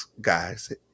guys